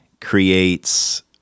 creates